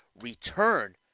return